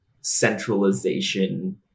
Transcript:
centralization